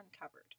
uncovered